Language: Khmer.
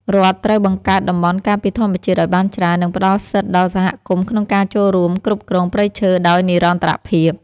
រដ្ឋត្រូវបង្កើតតំបន់ការពារធម្មជាតិឱ្យបានច្រើន និងផ្តល់សិទ្ធិដល់សហគមន៍ក្នុងការចូលរួមគ្រប់គ្រងព្រៃឈើដោយនិរន្តរភាព។